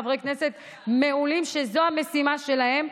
חברי כנסת מעולים שזו המשימה שלהם,